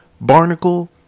Barnacle